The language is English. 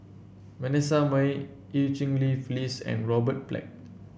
Vanessa Mae Eu Cheng Li Phyllis and Robert Black